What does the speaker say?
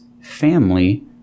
family